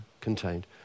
contained